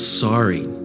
sorry